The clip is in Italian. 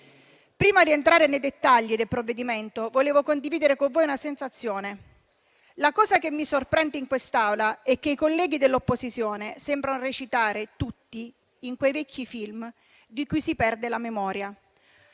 Prima di entrare nei dettagli del provvedimento, vorrei condividere con voi una sensazione: la cosa che mi sorprende in quest'Aula è che i colleghi dell'opposizione sembrano recitare tutti in quei vecchi film di cui si perde la memoria,